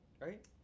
Right